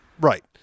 Right